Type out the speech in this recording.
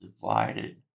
divided